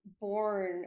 born